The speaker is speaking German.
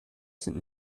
sind